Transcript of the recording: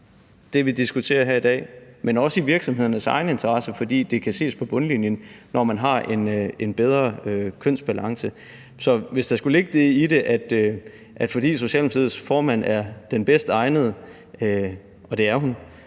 interesse, men også i virksomhedernes egen interesse, fordi det kan ses på bundlinjen, når man har en bedre kønsbalance. Hvis der skulle ligge det i det, at fordi Socialdemokratiets formand er den bedst egnede, og det er hun,